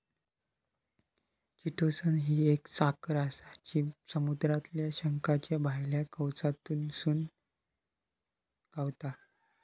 chitosan ही एक साखर आसा जी समुद्रातल्या शंखाच्या भायल्या कवचातसून गावता